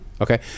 Okay